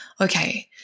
Okay